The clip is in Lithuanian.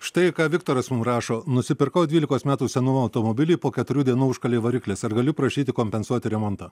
štai ką viktoras mum rašo nusipirkau dvylikos metų senumo automobilį po keturių dienų užkalė variklis ar galiu prašyti kompensuoti remontą